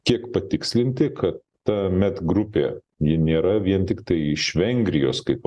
kiek patikslinti kad ta medgrupė ji nėra vien tiktai iš vengrijos kaip